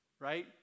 right